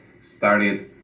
started